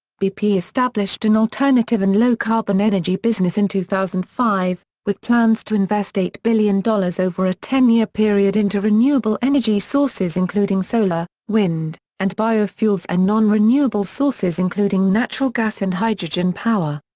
bp established an alternative and low carbon energy business in two thousand and five, with plans to invest eight billion dollars over a ten year period into renewable energy sources including solar, wind, and biofuels and non-renewable sources including natural gas and hydrogen power.